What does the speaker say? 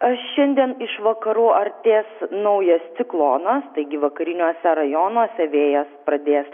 a šiandien iš vakarų artės naujas ciklonas taigi vakariniuose rajonuose vėjas pradės